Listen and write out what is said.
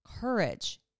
courage